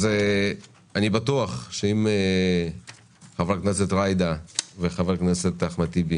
אני בטוח שחברת הכנסת ג'ידא וחבר הכנסת טיבי